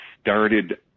started